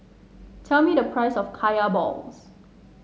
tell me the price of Kaya Balls